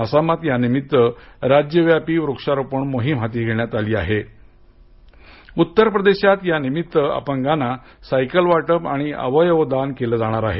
आसामात यानिमित्त राज्यव्यापी वृक्षारोपण मोहीम हाती घेण्यात आली आहे उत्तरप्रदेशात यानिमित्त अपंगाना सायकल वाटप आणि अवयव दान केलं जाणार आहे